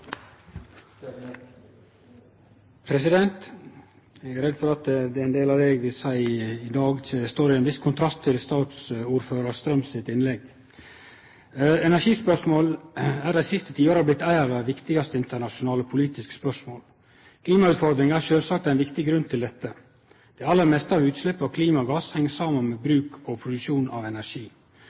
redd for at det er ein del av det eg seier i dag, som står i ein viss kontrast til saksordførar Strøm sitt innlegg. Energispørsmål er dei siste tiåra vorte eit av dei viktigaste internasjonale politiske spørsmåla. Klimautfordringa er sjølvsagt ein viktig grunn til dette. Det aller meste av utslepp av klimagassar heng saman med bruk og produksjon av energi.